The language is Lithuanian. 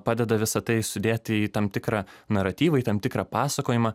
padeda visa tai sudėti į tam tikrą naratyvą į tam tikrą pasakojimą